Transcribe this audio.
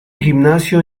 gimnasio